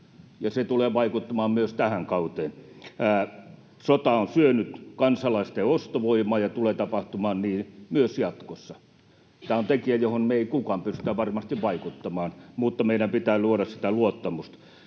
se tulee vaikuttamaan myös tähän kauteen. Sota on syönyt kansalaisten ostovoimaa ja niin tulee tapahtumaan myös jatkossa. Tämä on tekijä, johon meistä kukaan ei pysty varmasti vaikuttamaan, mutta meidän pitää luoda sitä luottamusta.